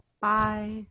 Bye